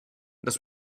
this